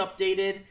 updated